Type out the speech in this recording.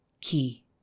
Key